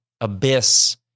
abyss